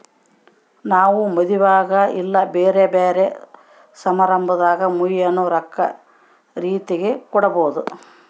ನಾವು ಮದುವೆಗ ಇಲ್ಲ ಬ್ಯೆರೆ ಬ್ಯೆರೆ ಸಮಾರಂಭದಾಗ ಮುಯ್ಯಿನ ರೊಕ್ಕ ರೀತೆಗ ಕೊಡಬೊದು